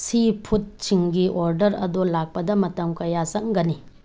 ꯁꯤ ꯐꯨꯗꯁꯤꯡꯒꯤ ꯑꯣꯗꯔ ꯑꯗꯣ ꯂꯥꯛꯄꯗ ꯃꯇꯝ ꯀꯌꯥ ꯆꯪꯒꯅꯤ